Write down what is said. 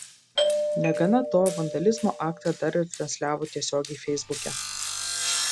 negana to vandalizmo aktą dar ir transliavo tiesiogiai feisbuke